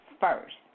first